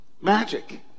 magic